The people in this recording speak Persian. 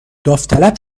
داوطلب